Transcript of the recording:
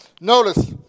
Notice